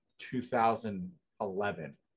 2011